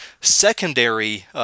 secondary